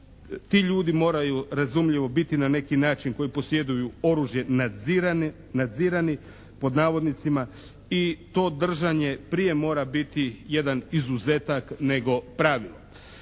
Ti ljudi moraju razumljivo biti na neki način koji posjeduju oružje "nadzirani" i to držanje prije mora biti jedan izuzetak nego pravilo.